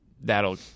That'll